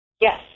Yes